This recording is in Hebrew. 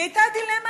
הייתה דילמה